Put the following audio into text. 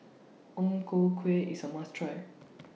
Ang Ku Kueh IS A must Try